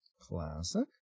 Classic